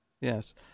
Yes